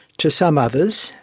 to some others,